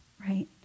right